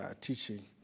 teaching